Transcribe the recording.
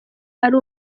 ari